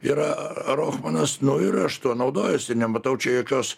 yra ar ohmanas nu ir aš tuo naudojuosi nematau čia jokios